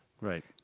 Right